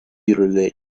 yürürlüğe